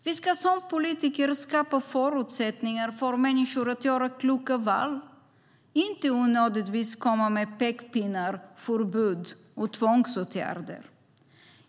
Vi politiker ska skapa förutsättningar för människor att göra kloka val, inte onödigtvis komma med pekpinnar, förbud och tvångsåtgärder.